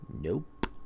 nope